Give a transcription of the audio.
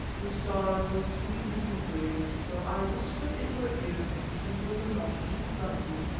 the star was sleeping from weariness, so i whispered in her ear and told her not to be frightened,